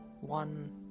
one